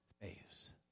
phase